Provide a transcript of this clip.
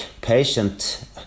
patient